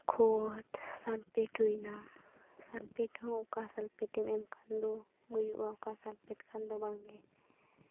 ᱠᱷᱚᱛ ᱥᱟᱞᱯᱷᱮᱹᱴ ᱦᱩᱭᱱᱟ ᱥᱟᱞᱯᱷᱮᱹᱴ ᱦᱚᱸ ᱚᱠᱟ ᱥᱟᱞᱯᱷᱮᱹᱴ ᱮᱢ ᱮᱢ ᱠᱷᱟᱱ ᱫᱚ ᱦᱩᱭᱩᱜᱼᱟ ᱚᱠᱟ ᱥᱟᱞᱯᱷᱮᱹᱴ ᱠᱷᱟᱱᱫᱚ ᱵᱟᱝᱜᱮ